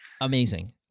amazing